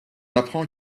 apprend